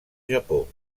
japó